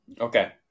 Okay